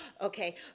Okay